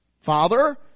Father